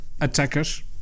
attackers